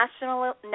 national